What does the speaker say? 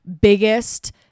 biggest